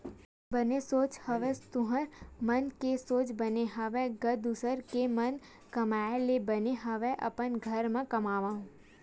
बने सोच हवस तुँहर मन के सोच बने हवय गा दुसर के म कमाए ले बने हवय अपने घर म कमाओ